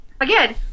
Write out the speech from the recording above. again